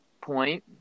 point